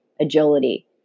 agility